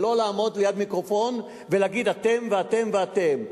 ולא לעמוד ליד מיקרופון ולהגיד: אתם ואתם ואתם.